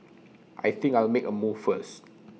I think I'll make A move first